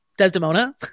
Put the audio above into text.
Desdemona